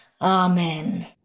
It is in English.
Amen